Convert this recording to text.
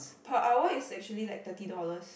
per hour is actually like thirty dollars